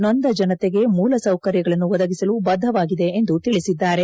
ನೊಂದ ಜನತೆಗೆ ಮೂಲ ಸೌಕರ್ಯಗಳನ್ನು ಒದಗಿಸಲು ಬದ್ದವಾಗಿದೆ ಎಂದು ತಿಳಿಸಿದ್ದಾರೆ